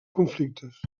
conflictes